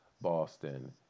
Boston